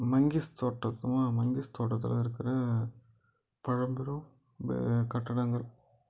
monkeys தோட்டம் இருக்குமா மங்கீஸ் தோட்டத்தில் இருக்கிற பழம்பெரும் இந்த கட்டடங்கள்